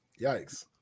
Yikes